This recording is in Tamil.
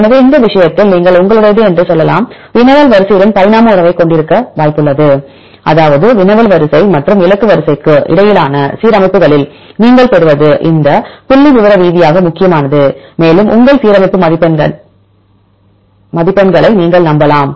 எனவே இந்த விஷயத்தில் நீங்கள் உங்களுடையது என்று சொல்லலாம் வினவல் வரிசையுடன் பரிணாம உறவைக் கொண்டிருக்க வாய்ப்புள்ளது அதாவது வினவல் வரிசை மற்றும் இலக்கு வரிசைக்கு இடையிலான சீரமைப்புகளில் நீங்கள் பெறுவது இந்த புள்ளிவிவர ரீதியாக முக்கியமானது மேலும் உங்கள் சீரமைப்பு மதிப்பெண்ணை நீங்கள் நம்பலாம்